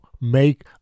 make